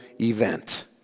event